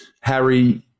Harry